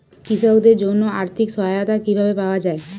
কৃষকদের জন্য আর্থিক সহায়তা কিভাবে পাওয়া য়ায়?